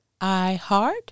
iHeart